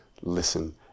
listen